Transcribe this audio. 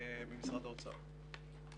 ממשרד האוצר.